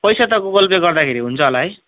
पैसा त Google Pay गर्दाखेरि हुन्छ होला है